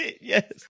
Yes